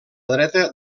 dreta